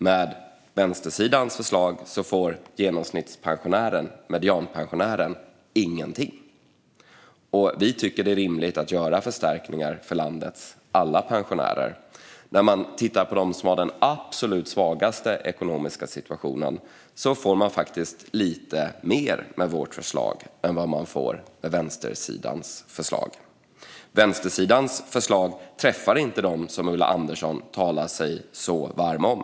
Med vänstersidans förslag får genomsnittspensionären, medianpensionären, ingenting. Vi tycker att det är rimligt att göra förstärkningar för landets alla pensionärer. När man tittar på dem som har den absolut svagaste ekonomiska situationen får de faktiskt lite mer med vårt förslag än vad de får med vänstersidans förslag. Vänstersidans förslag träffar inte dem som Ulla Andersson talar så varmt om.